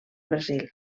brasil